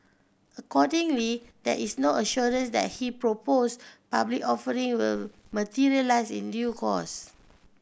accordingly there is no assurance that he proposed public offering will materialise in due course